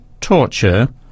torture